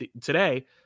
today